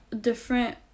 different